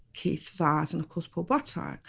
keith vaz and of course paul but